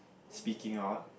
speaking out